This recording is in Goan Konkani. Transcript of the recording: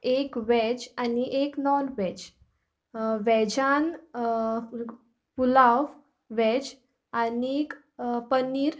एक व्हेज आनी एक नॉन व्हेज व्हेजान पुलाव व्हेज आनीक पनीर